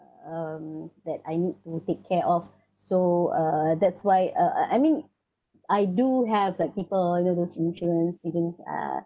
um that I need to take care of so uh that's why uh I mean I do have like people deal with insurance uh